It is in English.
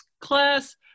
class